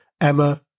Emma